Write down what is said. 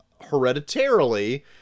hereditarily